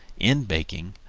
in baking,